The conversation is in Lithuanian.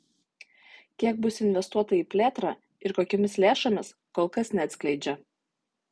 kiek bus investuota į plėtrą ir kokiomis lėšomis kol kas neatskleidžia